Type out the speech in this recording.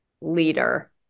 leader